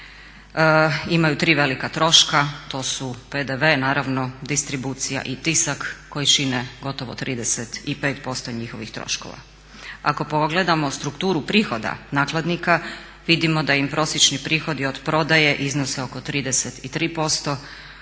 imaju tri velika troška, to su PDV naravno distribucija i tisak koji čine gotovo 35% njihovih troškova. Ako pogledamo strukturu prihoda nakladnika vidimo da im prosječni prihodi od prodaje iznose oko 33%,